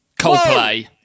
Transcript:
Coldplay